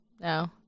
No